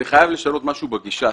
אני חייב לשנות משהו בגישה.